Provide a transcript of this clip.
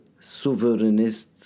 sovereignist